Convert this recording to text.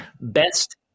best